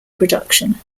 production